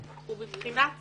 הוא בבחינת שמאלן,